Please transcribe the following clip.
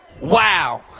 Wow